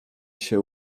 się